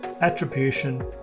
attribution